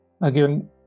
again